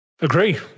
Agree